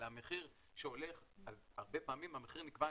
אלא המחיר שהולך אז הרבה פעמים המחיר נקבע,